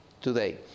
today